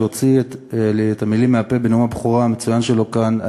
שהוציא לי את המילים מהפה בנאום הבכורה המצוין שלו כאן,